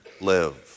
live